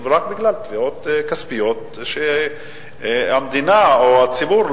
רק בגלל תביעות כספיות שהמדינה או הציבור,